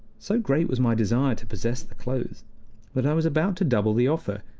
so great was my desire to possess the clothes that i was about to double the offer,